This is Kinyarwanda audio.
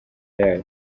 yayo